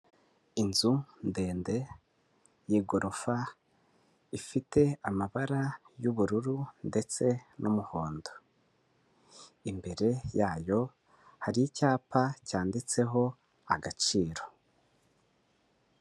Inzu ndende y'igorofa ifite amabara y'ubururu ndetse n'umuhondo, imbere yayo hari icyapa cyanditseho agaciro.